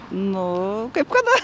nu kaip kada